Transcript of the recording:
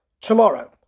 tomorrow